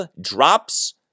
drops